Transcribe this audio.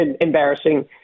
embarrassing